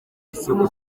isoko